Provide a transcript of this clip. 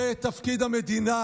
זה תפקיד המדינה.